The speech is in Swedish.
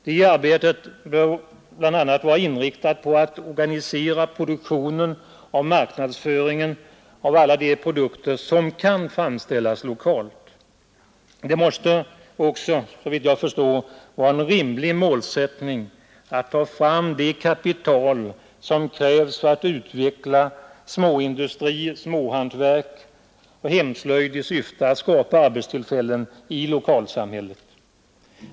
Det arbetet bör bl.a. vara inriktat på att organisera produktionen och marknadsföringen av alla de produkter som kan framställas lokalt. Det måste, såvitt jag förstår, vara en rimlig målsättning att skaffa fram det kapital som krävs för att utveckla småindustri, småhantverk och hemslöjd i syfte att skapa arbetstillfällen i lokalsamhället.